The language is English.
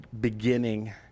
beginning